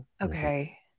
okay